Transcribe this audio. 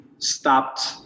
stopped